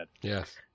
Yes